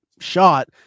shot